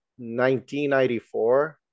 1994